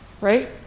right